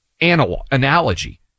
analogy